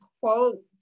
quotes